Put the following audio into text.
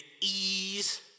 ease